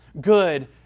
good